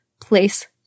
place